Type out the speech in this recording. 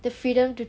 the freedom to